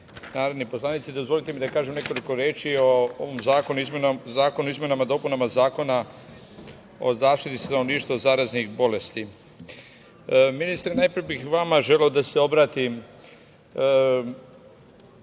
narodni poslanici, dozvolite mi da kažem nekoliko reči o ovom zakonu o izmenama i dopunama Zakona o zaštiti stanovništva od zaraznih bolesti. Ministre, najpre bih vama želeo da se obratim.